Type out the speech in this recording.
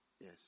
Yes